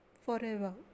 forever